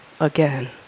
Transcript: again